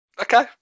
Okay